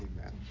Amen